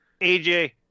AJ